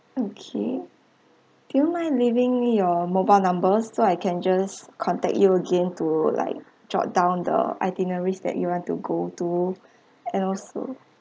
okay do you mind leaving your mobile number so I can just contact you again to like jot down the itineraries that you want to go to and also